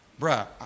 Bruh